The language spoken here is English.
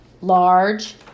large